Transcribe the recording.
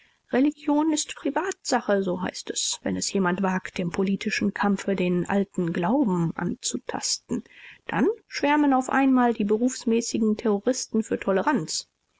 religion ist privatsache so heißt es wenn es jemand wagt im politischen kampfe den alten glauben anzutasten dann schwärmen auf einmal die berufsmäßigen terroristen für toleranz